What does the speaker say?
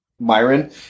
Myron